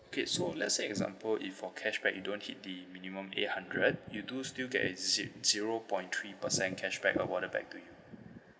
K so let's say example if for cashback you don't hit the minimum eight hundred you do still get a ze~ zero point three percent cashback awarded back to you